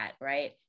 right